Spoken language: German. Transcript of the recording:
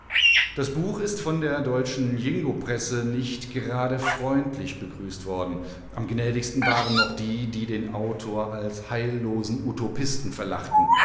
das buch ist von der deutschen jingopresse nicht gerade freundlich begrüßt worden am gnädigsten waren noch die die den autor als heillosen utopisten verlachten